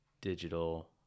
digital